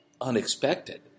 unexpected